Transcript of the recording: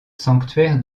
sanctuaires